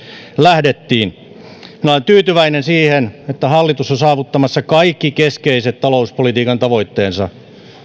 lähdettiin olen tyytyväinen siihen että hallitus on saavuttamassa kaikki keskeiset talouspolitiikan tavoitteensa tämä ei